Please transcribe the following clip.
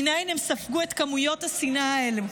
מניין הם ספגו את כמויות השנאה האלה?